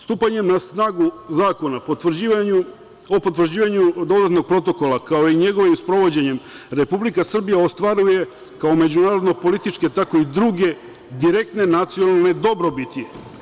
Stupanjem na snagu Zakona o potvrđivanju dodatnog protokola, kao i njegovim sprovođenjem, Republika Srbija ostvaruje kako međunarodno političke tako i druge direktne nacionalne dobrobiti.